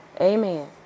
Amen